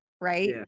right